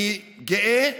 אני גאה,